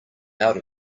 out